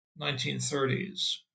1930s